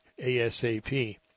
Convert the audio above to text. ASAP